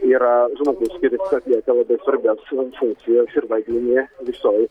yra žmogus kuris atlieka labai svarbias funkcijas ir vaidmenį visoj